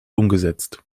umgesetzt